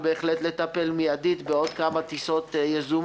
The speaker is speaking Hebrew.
שנצטרך כנראה לדון המון שעות וכמעט כל יום,